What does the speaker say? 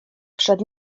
przed